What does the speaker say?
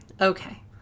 Okay